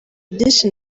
byinshi